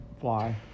fly